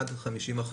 עד 50%,